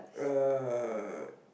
uh